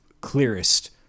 clearest